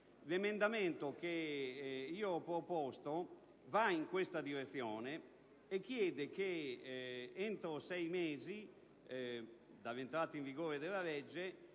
L'emendamento da me proposto va in questa direzione e chiede che entro sei mesi dall'entrata in vigore della legge,